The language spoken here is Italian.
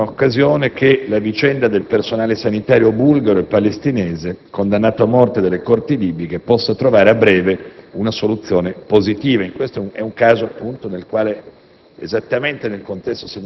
rinnovato in più di un'occasione - che la vicenda del personale sanitario bulgaro e palestinese, condannato a morte dalle corti libiche, possa trovare a breve una soluzione positiva. Si tratta di un caso nel quale,